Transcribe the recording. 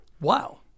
Wow